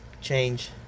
Change